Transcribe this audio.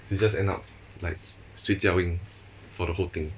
so you just end up like 睡觉 ing for the whole thing